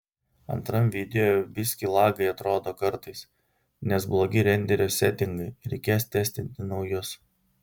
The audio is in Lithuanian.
antram video biskį lagai atrodo kartais nes blogi renderio setingai reikės testinti naujus